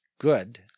good